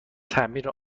تعمیر